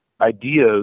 ideas